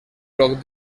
bloc